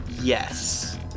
Yes